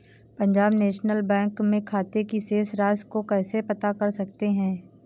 Punjab national bank में खाते की शेष राशि को कैसे पता कर सकते हैं?